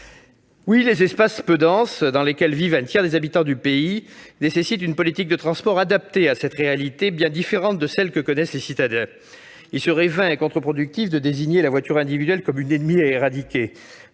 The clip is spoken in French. Les espaces peu denses, dans lesquels vivent un tiers des habitants du pays, nécessitent une politique de transport adaptée à cette réalité qui est bien différente de celle que connaissent les citadins. Il serait vain et contreproductif de désigner la voiture individuelle comme une ennemie à éradiquer.